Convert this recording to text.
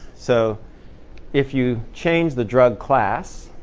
so if you change the drug class,